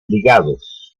ligados